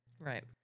Right